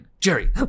Jerry